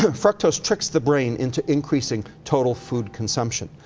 fructose tricks the brain into increasing total food consumption.